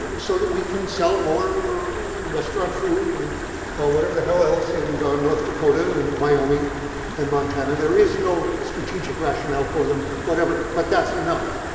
so that we can sell more restaurant food and or whatever the hell else in north dakota and wyoming and montana. there is no strategic rationale for them, whatever. but that's enough.